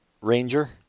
Ranger